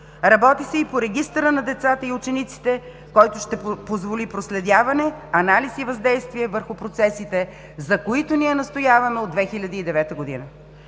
Работи се и по регистъра на децата и учениците, който ще позволи проследяване, анализ и въздействие върху процесите, за които ние настояваме от 2009 г.